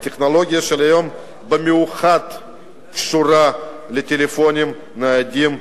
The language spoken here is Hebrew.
הטכנולוגיה של היום קשורה במיוחד לטלפונים ניידים,